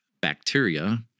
bacteria